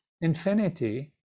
infinity